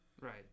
Right